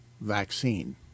vaccine